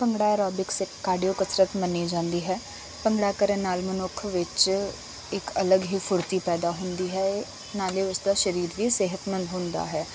bhangra aerobics ਇੱਕ cardio ਕਸਰਤ ਮੰਨੀ ਜਾਂਦੀ ਹੈ ਭੰਗੜਾ ਕਰਨ ਨਾਲ ਮਨੁੱਖ ਵਿੱਚ ਇੱਕ ਅਲੱਗ ਹੀ ਫੁਰਤੀ ਪੈਦਾ ਹੁੰਦੀ ਹੈ ਨਾਲ ਉਸਦਾ ਸ਼ਰੀਰ ਵੀ ਸਿਹਤਮੰਦ ਹੁੰਦਾ ਹੈ